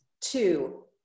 Two